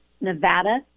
Nevada